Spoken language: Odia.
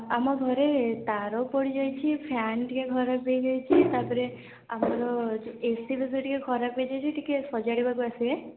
ଆମ ଘରେ ତାର ପୋଡ଼ିଯାଇଛି ଫ୍ୟାନ୍ ଟିକେ ଖରାପ ହେଇଯାଇଛି ତା'ପରେ ଆମର ଏସି ଫେସି ଟିକେ ଖରାପ ହେଇଯାଇଛି ଟିକେ ସଜାଡ଼ିବାକୁ ଆସିବେ